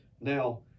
Now